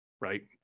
right